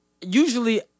Usually